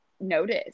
notice